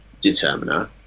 determiner